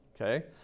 okay